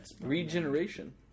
Regeneration